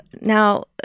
Now